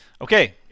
Okay